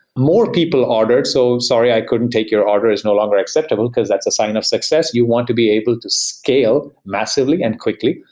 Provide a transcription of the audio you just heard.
more people ordered. so, sorry, i couldn't take your order. it's no longer acceptable. because that's a sign up success, you want to be able to scale massively and quickly.